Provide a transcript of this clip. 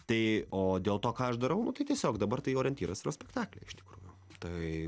tai o dėl to ką aš darau tai tiesiog dabar tai orientyras yra spektakliai iš tikrųjų tai